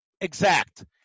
exact